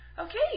Okay